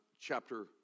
chapter